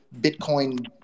Bitcoin